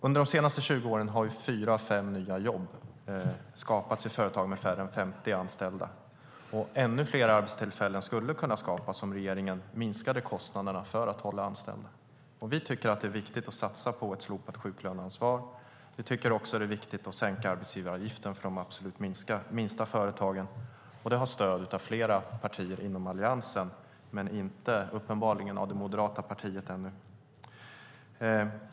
Under de senaste 20 åren har fyra av fem nya jobb skapats i företag med färre än 50 anställda. Ännu fler arbetstillfällen skulle kunna skapas om regeringen minskade kostnaderna för att hålla anställda. Vi tycker att det är viktigt att satsa på ett slopat sjuklöneansvar. Vi tycker också att det är viktigt att sänka arbetsgivaravgiften för de minsta företagen. Detta har stöd i flera partier inom Alliansen men uppenbarligen inte av Moderaterna.